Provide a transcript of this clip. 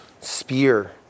spear